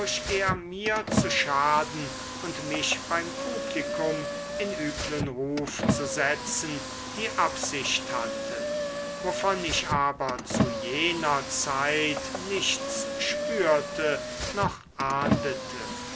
er mir zu schaden und mich beim publikum in üblen ruf zu setzen die absicht hatte wovon ich aber zu jener zeit nichts spürte noch ahndete